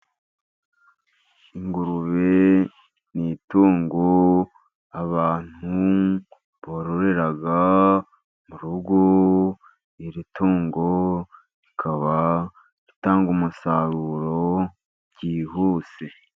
Ingurube ni itungo abantu bororera mu rugo, iri tungo rikaba ritanga umusaruro byihuse.